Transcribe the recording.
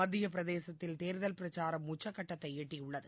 மத்திய பிரதேசத்தில் தோ்தல் பிரச்சாரம் உச்சக்கட்டத்தை எட்டியுள்ளது